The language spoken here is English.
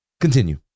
continue